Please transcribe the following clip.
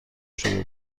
شده